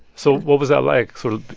so what was that like, sort of,